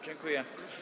Dziękuję.